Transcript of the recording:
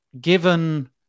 given